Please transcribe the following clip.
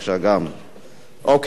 יציג את הצעת החוק השר אהרונוביץ.